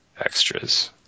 extras